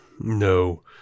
No